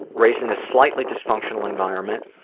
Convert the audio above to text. raised in a slightly dysfunctional environment.